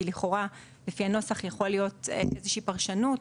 לכאורה, לפי הנוסח, יכולה להיות איזו שהיא פרשנות.